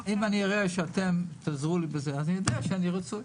אם אראה שתעזרו לי בזה, אדע שאני רצוי.